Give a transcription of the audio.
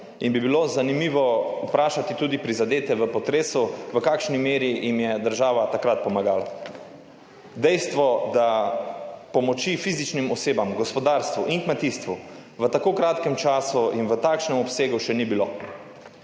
in bi bilo zanimivo vprašati tudi prizadete v potresu, v kakšni meri jim je država takrat pomagala. Dejstvo, da pomoči fizičnim osebam, v gospodarstvu in kmetijstvu v tako kratkem času in v takšnem obsegu še ni bilo,